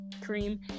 cream